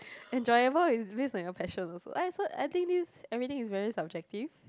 enjoyable is based on your passion also I so I think this everything is very subjective